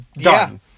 Done